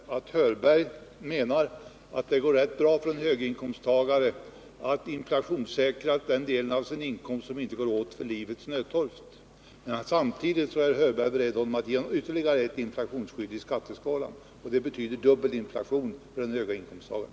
Herr talman! Bara ett par konstateranden. Nils Hörberg menar att det går rätt bra för en höginkomsttagare att inflationssäkra den del av sin inkomst som inte går åt till livets nödtorft, men han är samtidigt beredd att ge honom ytterligare ett inflationsskydd i skatteskalan. Det betyder dubbelt inflationsskydd för en höginkomsttagare.